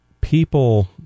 people